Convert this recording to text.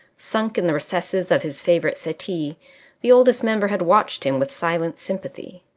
sunk in the recesses of his favourite settee the oldest member had watched him with silent sympathy.